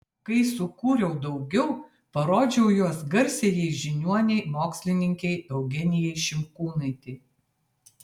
kai sukūriau daugiau parodžiau juos garsiajai žiniuonei mokslininkei eugenijai šimkūnaitei